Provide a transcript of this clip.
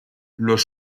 los